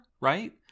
right